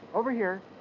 over here.